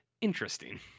Interesting